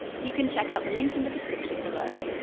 you can check out the link in the description below.